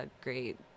great